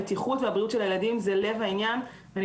הבטיחות והבריאות של הילדים זה לב העניין ואני